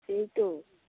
সেই তো